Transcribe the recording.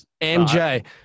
MJ